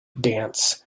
dance